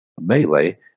melee